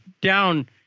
down